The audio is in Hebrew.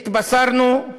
והתבשרנו,